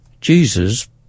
Jesus